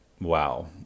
wow